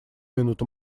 минуту